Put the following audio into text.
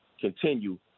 continue